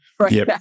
Right